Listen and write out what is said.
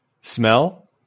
Smell